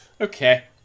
Okay